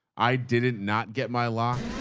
i didn't not get my lock.